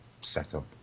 setup